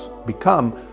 become